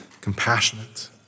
compassionate